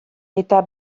eta